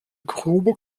grobe